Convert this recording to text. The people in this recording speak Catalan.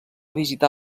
visitar